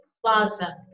Plaza